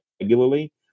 regularly